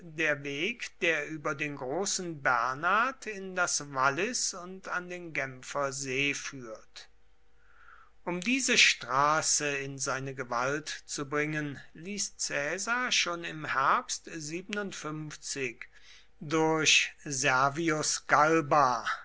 der weg der über den großen bernhard in das wallis und an den genfer see führt um diese straße in seine gewalt zu bringen ließ caesar schon im herbst durch servius